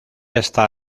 está